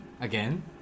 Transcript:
Again